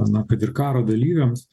na kad ir karo dalyviams